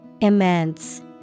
Immense